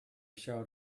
showed